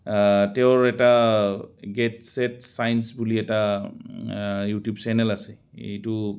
তেওঁৰ এটা get set science বুলি এটা ইউটিউব চেনেল আছে এইটো